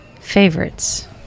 favorites